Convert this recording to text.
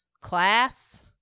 class